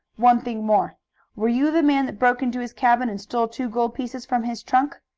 one thing more were you the man that broke into his cabin and stole two gold pieces from his trunk?